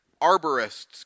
Arborists